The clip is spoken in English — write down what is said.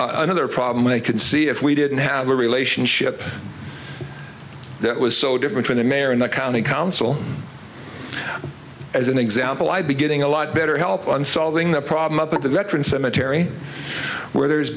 nother problem i could see if we didn't have a relationship that was so different from the mayor and the county council as an example i'd be getting a lot better help on solving the problem up at the veterans cemetery where there's